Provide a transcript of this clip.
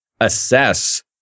assess